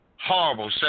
horrible